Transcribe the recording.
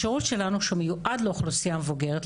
השירות שלנו שמיועד לאוכלוסייה המבוגרת,